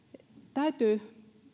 täytyy